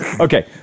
okay